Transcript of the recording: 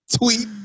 tweet